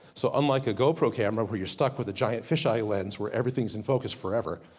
so unlike a gopro camera, where you're stuck with a giant fish eye lens, where everything's in focus forever.